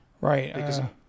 right